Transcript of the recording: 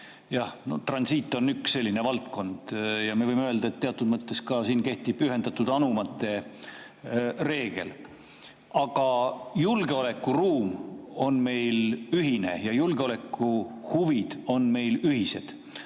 Transiit on üks selline valdkond ja me võime öelda, et teatud mõttes ka siin kehtib ühendatud anumate reegel. Aga julgeolekuruum on meil ühine, julgeolekuhuvid on meil ühised.